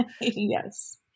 Yes